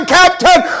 captain